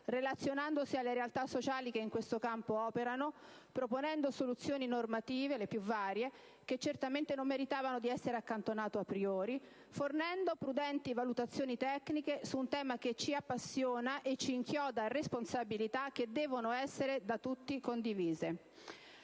relazionandosi alle realtà sociali che in questo campo operano, proponendo soluzioni normative, le più varie, che certamente non meritavano di essere accantonate *a priori*, fornendo prudenti valutazioni tecniche su un tema che ci appassiona e ci inchioda a responsabilità che devono essere da tutti condivise.